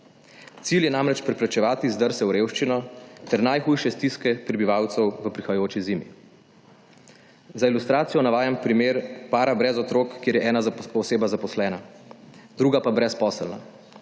Cilj je namreč preprečevati zdrse v revščino ter najhujše stiske prebivalcev v prihajajoči zimi. Za ilustracijo navajam primer para brez otrok, kjer je ena oseba zaposlena, druga pa brezposelna.